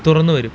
തുറന്നു വരും